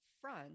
front